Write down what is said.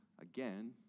Again